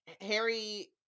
Harry